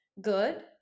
good